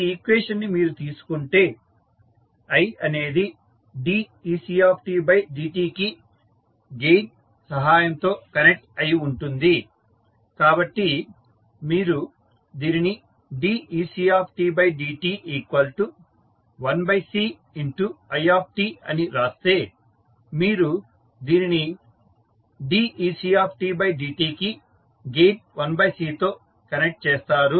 ఈ ఈక్వేషన్ ని మీరు తీసుకుంటే i అనేది decdt కి గెయిన్ సహాయం తో కనెక్ట్ అయి ఉంటుంది కాబట్టి మీరు దీనిని decdt1Cit అని రాస్తే మీరు దీనిని decdt కి గెయిన్ 1C తో కనెక్ట్ చేస్తారు